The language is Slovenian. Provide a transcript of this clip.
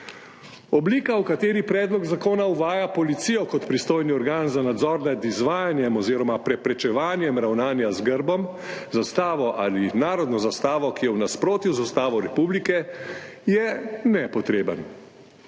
Oblika, v kateri predlog zakona uvaja policijo kot pristojni organ za nadzor nad izvajanjem oziroma preprečevanjem ravnanja z grbom, zastavo ali narodno zastavo, ki je v nasprotju z Ustavo republike Slovenije, je nepotrebna.